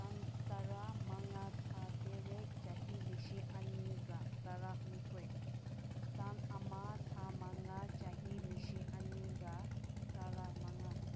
ꯇꯥꯡ ꯇꯔꯥ ꯃꯉꯥ ꯊꯥ ꯇꯔꯦꯠ ꯆꯍꯤ ꯂꯤꯁꯤꯡ ꯑꯅꯤꯒ ꯇꯔꯥ ꯍꯨꯝꯗꯣꯏ ꯇꯥꯡ ꯑꯃ ꯊꯥ ꯃꯉꯥ ꯆꯍꯤ ꯂꯤꯁꯤꯡ ꯑꯅꯤꯒ ꯇꯔꯥ ꯃꯉꯥ